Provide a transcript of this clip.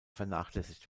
vernachlässigt